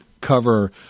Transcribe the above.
cover